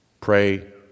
Pray